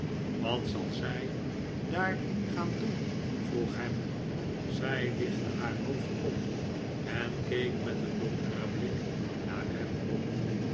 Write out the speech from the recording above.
wat zal zij daar gaan doen vroeg ham zij lichtte haar hoofd op en keek met een donkeren blik naar hem om